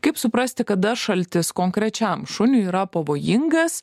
kaip suprasti kada šaltis konkrečiam šuniui yra pavojingas